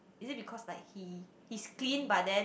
it is because like he he's clean but then